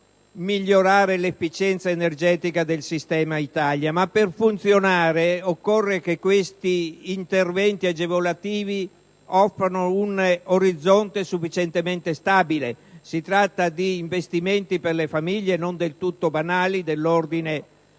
migliorare l'efficienza energetica del sistema Italia, ma per funzionare occorre che questi interventi agevolativi offrano un orizzonte sufficientemente stabile. Si tratta di investimenti per le famiglie non del tutto banali, dell'ordine di